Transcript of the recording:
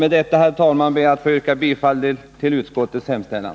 Med det sagda ber jag att få yrka bifall till utskottets hemställan.